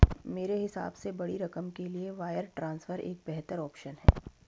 मेरे हिसाब से बड़ी रकम के लिए वायर ट्रांसफर एक बेहतर ऑप्शन है